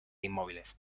inmóviles